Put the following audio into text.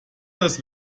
das